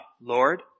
Lord